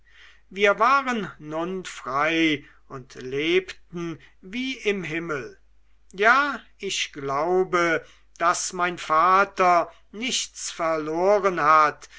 wir waren nun frei und lebten wie im himmel ja ich glaube daß mein vater nichts verloren hat